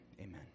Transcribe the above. amen